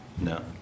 No